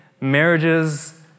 marriages